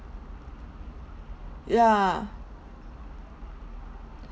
yeah